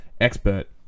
expert